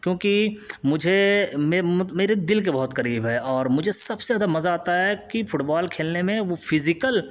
کیوںکہ مجھے میرے دل کے بہت قریب ہے اور مجھے سب سے زیادہ مزہ آتا ہے کہ فٹبال کھیلنے میں وہ فزیکل